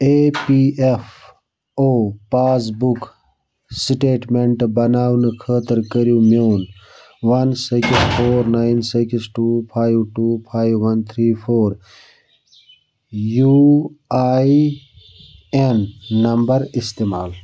A P F O passbook statement بناونہٕ خٲطرٕ کریو میون one six four nine six two five two five one three four U E N number استعمال